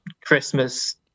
Christmas